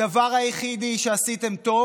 הדבר היחיד שעשיתם טוב